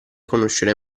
conoscere